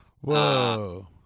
Whoa